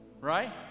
right